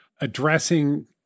addressing